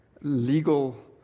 legal